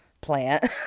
plant